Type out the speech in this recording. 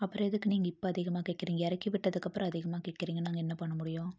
அப்புறம் எதுக்கு நீங்கள் இப்போ அதிகமாக கேட்குறீங்க இறக்கி விட்டதுக்கு அப்புறம் அதிகமாக கேட்குறீங்க நாங்கள் என்ன பண்ண முடியும்